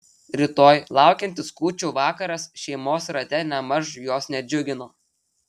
rytoj laukiantis kūčių vakaras šeimos rate nėmaž jos nedžiugino